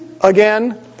again